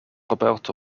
roberto